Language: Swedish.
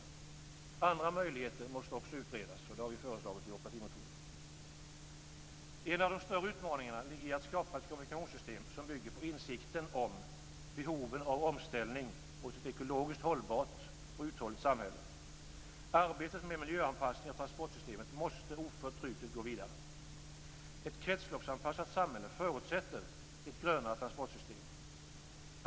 Andra möjligheter måste också utredas, vilket vi har föreslagit i vår partimotion. En av de större utmaningarna ligger i att skapa ett kommunikationssystem som bygger på insikten om behoven av omställning mot ett ekologiskt hållbart och uthålligt samhälle. Arbetet med en miljöanpassning av transportsystemet måste oförtrutet gå vidare. Ett kretsloppsanpassat samhälle förutsätter ett "grönare" transportsystem.